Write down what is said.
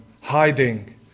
hiding